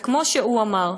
וכמו שהוא אמר,